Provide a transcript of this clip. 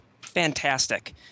fantastic